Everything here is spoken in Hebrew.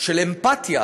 של אמפתיה,